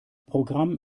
programm